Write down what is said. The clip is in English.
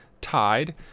tied